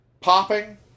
popping